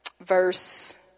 verse